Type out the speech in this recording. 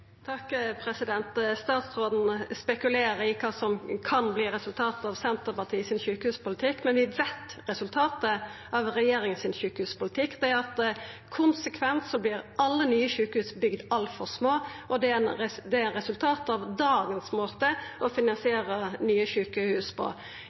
Statsråden spekulerer på kva som kan verta resultatet av Senterpartiets sjukehuspolitikk, men vi veit resultatet av regjeringas sjukehuspolitikk, og det er at alle nye sjukehus konsekvent vert bygde altfor små. Det er eit resultat av dagens måte å